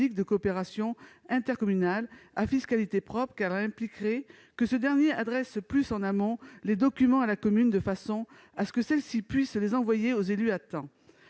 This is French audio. de coopération intercommunale à fiscalité propre. En effet, elle impliquerait que ce dernier adresse plus en amont les documents à la commune, de façon que celle-ci puisse les envoyer à temps aux élus.